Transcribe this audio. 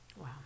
Wow